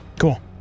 Cool